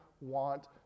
want